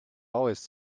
always